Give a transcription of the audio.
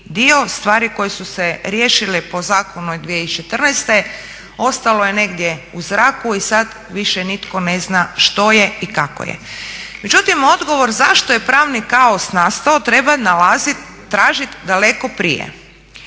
stvari koje su se riješile po zakonu iz 2014.ostalo je negdje u zraku i sad više nitko ne zna što je i kako je. Međutim, odgovor zašto je pravni kaos nastao trebao nalazit, tražit daleko prije.